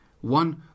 one